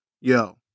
yo